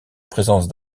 présence